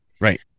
Right